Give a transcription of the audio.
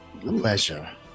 Pleasure